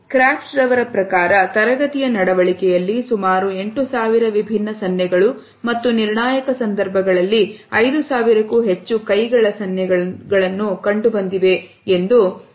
craft ರವರ ಪ್ರಕಾರತರಗತಿಯ ನಡವಳಿಕೆಯಲ್ಲಿ ಸುಮಾರು 8000 ವಿಭಿನ್ನ ಸನ್ನೆಗಳು ಮತ್ತು ನಿರ್ಣಾಯಕ ಸಂದರ್ಭಗಳಲ್ಲಿ 5000ಕ್ಕೂ ಹೆಚ್ಚು ಕೈ ಗಳ ಸನ್ನೆಗಳು ಕಂಡುಬರುತ್ತವೆ ಎಂದು ವರದಿ ಮಾಡಿದ್ದಾರೆ